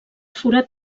forat